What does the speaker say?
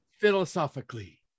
philosophically